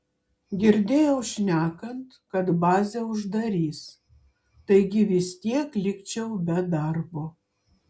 girdėjau šnekant kad bazę uždarys taigi vis tiek likčiau be darbo